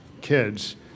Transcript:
kids